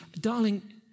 Darling